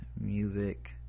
music